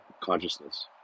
consciousness